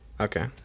Okay